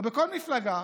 או בכל מפלגה?